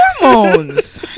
hormones